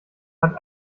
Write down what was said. hat